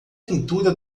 pintura